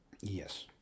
yes